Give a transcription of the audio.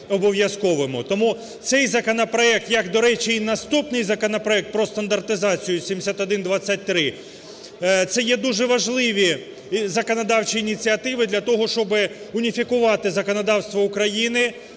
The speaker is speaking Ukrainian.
Тому цей законопроект, як, до речі, і наступний законопроект про стандартизацію 7123, це є дуже важливі законодавчі ініціативи для того, щоб уніфікувати законодавство України